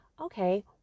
okay